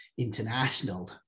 international